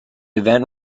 event